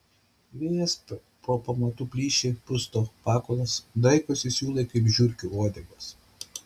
vėjas pro pamatų plyšį pusto pakulas draikosi siūlai kaip žiurkių uodegos